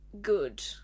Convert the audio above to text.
good